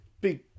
big